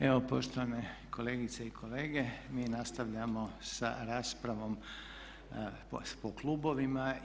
Evo poštovane kolegice i kolege mi nastavljamo sa raspravom po klubovima.